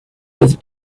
with